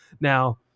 now